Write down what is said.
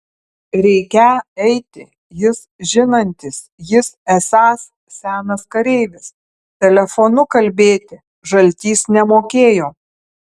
reikią eiti jis žinantis jis esąs senas kareivis telefonu kalbėti žaltys nemokėjo